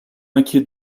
inquiet